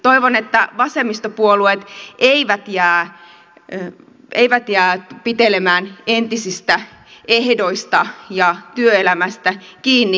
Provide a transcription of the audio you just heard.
toivon että vasemmistopuolueet eivät jää pitelemään entisistä ehdoista ja työelämästä kiinni